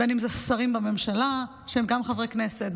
בין אם זה שרים בממשלה שהם גם חברי כנסת,